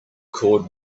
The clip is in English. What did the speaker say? cord